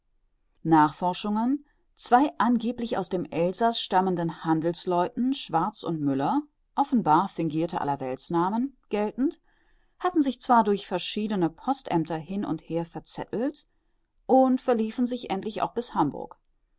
nachforschungen zwei angeblich aus dem elsaß stammenden handelsleuten schwarz und müller offenbar fingirte allerweltsnamen geltend hatten sich zwar durch verschiedene postämter hin und her verzettelt und verliefen sich endlich auch bis hamburg